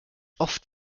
oft